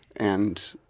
and,